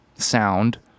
sound